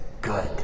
good